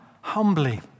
humbly